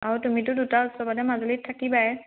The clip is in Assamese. আৰু তুমিতো দুটা উৎসৱতে মাজুলীত থাকিবাই